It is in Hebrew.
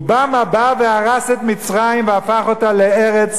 אובמה בא והרס את מצרים והפך אותה לארץ